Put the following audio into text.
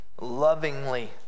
lovingly